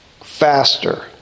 faster